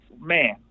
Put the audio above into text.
man